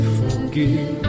forgive